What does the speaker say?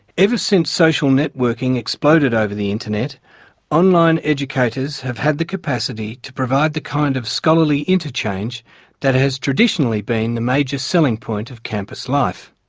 ever since social networking exploded over the internet online educators have had the capacity to provide the kind of scholarly interchange that has traditionally been the major selling point of campus life.